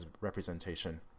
representation